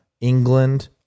England